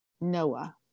Noah